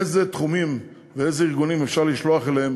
איזה תחומים ואיזה ארגונים אפשר לשלוח אליהם